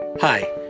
Hi